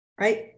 Right